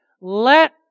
let